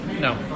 no